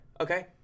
Okay